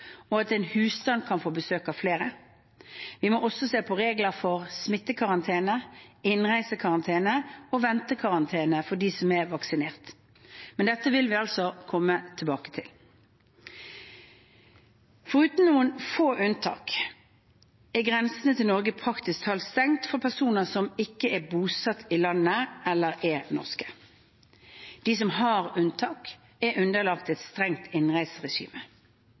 og at én husstand kan få besøk av flere. Vi må også se på regler for smittekarantene, innreisekarantene og ventekarantene for dem som er vaksinert. Dette vil vi altså komme tilbake til. Foruten noen få unntak er grensene til Norge praktisk talt stengt for personer som ikke er bosatt i landet eller er norske. De som har unntak, er underlagt et strengt innreiseregime.